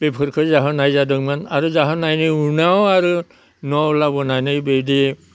बेफोरखो जाहोनाय जादोंमोन आरो जाहोनायनि उनाव आरो न'आव लाबोनानै बेबादि